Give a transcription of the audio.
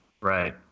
Right